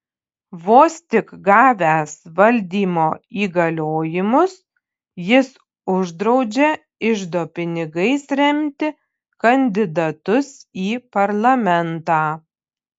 vos tik gavęs valdymo įgaliojimus jis uždraudžia iždo pinigais remti kandidatus į parlamentą